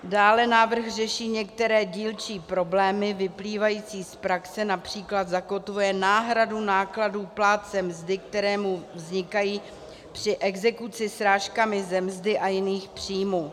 Dále návrh řeší některé dílčí problémy vyplývající z praxe, např. zakotvuje náhradu nákladů plátce mzdy, které mu vznikají při exekuci srážkami ze mzdy a jiných příjmů.